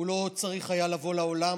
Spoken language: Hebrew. הוא לא צריך היה לבוא לעולם.